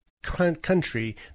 country